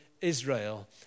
Israel